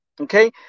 Okay